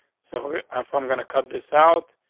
so i'm from going to cut this out,